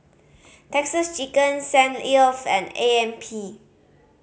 Texas Chicken Saint Ives and A M P